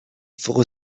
for